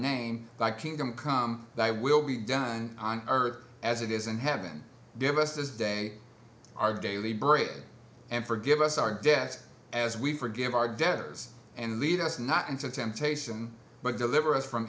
thy kingdom come thy will be done on earth as it is in heaven give us this day our daily bread and forgive us our day yes as we forgive our debtors and lead us not into temptation but deliver us from